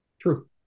True